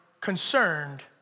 concerned